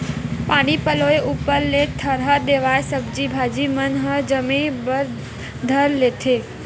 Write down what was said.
पानी पलोय ऊपर ले थरहा देवाय सब्जी भाजी मन ह जामे बर धर लेथे